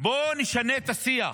בואו נשנה את השיח.